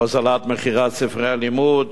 הוזלת מחירי ספרי לימוד